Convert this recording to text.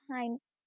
times